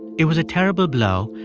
it was a terrible blow.